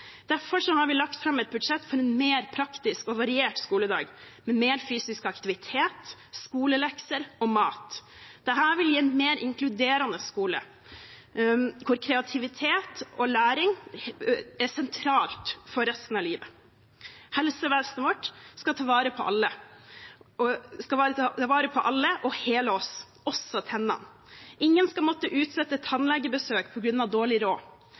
Derfor har vi lagt fram et budsjett for en mer praktisk og variert skoledag, med mer fysisk aktivitet, skolelekser og mat. Dette vil gi en mer inkluderende skole hvor kreativitet og læring er sentralt, for resten av livet. Helsevesenet vårt skal ta vare på alle og hele oss, også tennene. Ingen skal måtte utsette tannlegebesøk på grunn av dårlig råd.